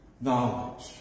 knowledge